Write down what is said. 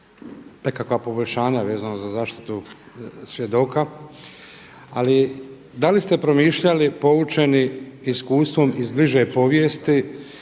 nekakva poboljšanja vezano za zaštitu svjedoka, ali da li ste promišljali poučeni iskustvom iz bliže povijesti